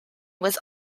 was